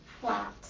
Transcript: flat